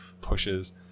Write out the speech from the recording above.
pushes